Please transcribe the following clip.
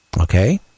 okay